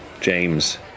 James